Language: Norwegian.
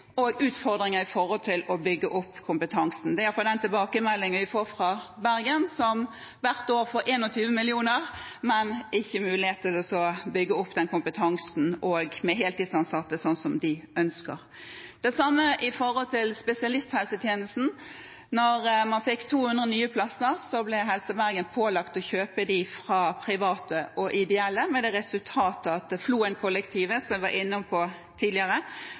i hvert fall den tilbakemeldingen vi får fra Bergen, som hvert år får 21 mill. kr, men ingen mulighet til å bygge opp kompetansen med heltidsansatte, slik de ønsker. Det samme gjelder spesialisthelsetjenesten. Da man fikk 200 nye plasser, ble Helse Bergen pålagt å kjøpe dem fra private og ideelle med det resultat at Floenkollektivet, som jeg var innom tidligere,